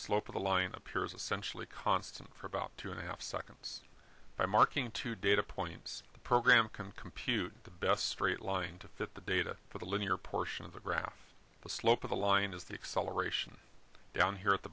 slope of the line appears essentially constant for about two and a half seconds by marking two data points the program can compute the best straight line to fit the data for the linear portion of the graph the slope of the line is the acceleration down here at the